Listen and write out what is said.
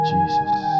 Jesus